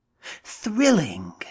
thrilling